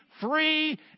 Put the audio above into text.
free